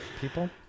people